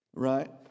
right